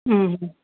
ହୁଁ ହୁଁ